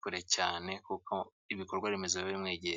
kure cyane kuko ibikorwa remezo biba bimwegereye.